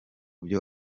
byo